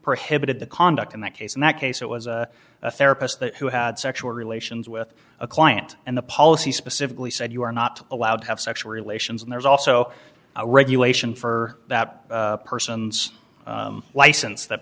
prohibited the conduct in that case in that case it was a therapist who had sexual relations with a client and the policy specifically said you are not allowed to have sexual relations and there's also a regulation for that persons license that